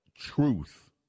truth